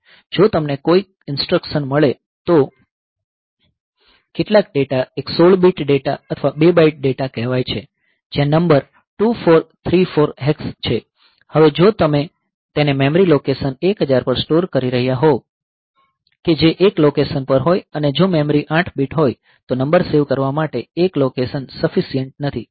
જો તમને કોઈ ઇન્સટ્રકશન મળે તો કેટલાક ડેટા એક 16 બીટ ડેટા અથવા 2 બાઈટ ડેટા કહેવાય છે જ્યાં નંબર 2434 હેક્સ છે હવે જો તમે તેને મેમરી લોકેશન 1000 પર સ્ટોર કરી રહ્યાં હોવ કે જે એક લોકેશન પર હોય અને જો મેમરી 8 બીટ હોય તો નંબર સેવ કરવા માટે એક લોકેશન સફીશીયન્ટ નથી